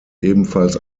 ebenfalls